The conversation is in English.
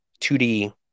2D